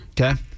Okay